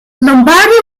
lombardi